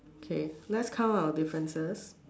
okay let's count our differences